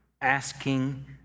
asking